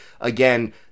again